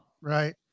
Right